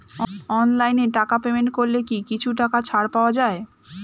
অনলাইনে টাকা পেমেন্ট করলে কি কিছু টাকা ছাড় পাওয়া যায়?